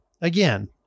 again